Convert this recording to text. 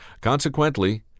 Consequently